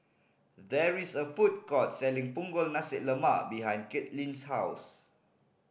there is a food court selling Punggol Nasi Lemak behind Kaitlynn's house